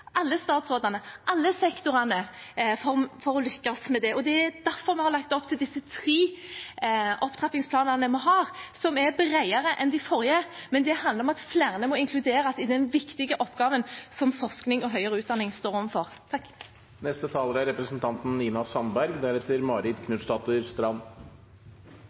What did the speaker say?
alle departementene, alle statsrådene, alle sektorene for å lykkes med det. Det er derfor vi har lagt opp til disse tre opptrappingsplanene, som er bredere enn de forrige, men det handler om at flere må inkluderes i den viktige oppgaven som forskning og høyere utdanning står overfor. Denne planen er